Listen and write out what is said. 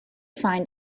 find